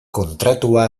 kontratua